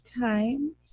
time